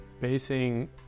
basing